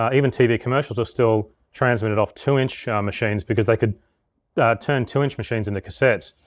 um even tv commercials were still transmitted off two inch machines because they could turn two inch machines into cassettes.